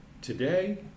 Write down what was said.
today